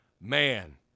man